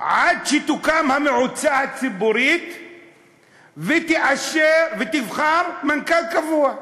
עד שתוקם המועצה הציבורית ותבחר מנכ"ל קבוע.